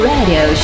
Radio